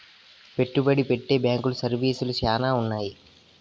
పెట్టుబడి పెట్టే బ్యాంకు సర్వీసులు శ్యానా ఉన్నాయి